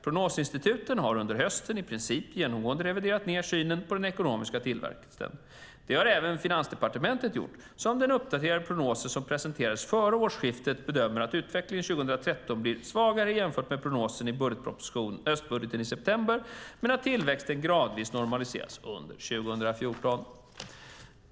Prognosinstituten har under hösten i princip genomgående reviderat ned synen på den ekonomiska tillväxten. Det har även Finansdepartementet gjort, som i den uppdaterade prognos som presenterades före årsskiftet bedömer att utvecklingen 2013 blir svagare jämfört med prognosen i höstbudgeten i september men att tillväxten gradvis normaliseras under 2014.